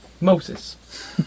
Moses